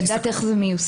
אני יודעת איך זה מיושם.